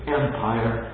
empire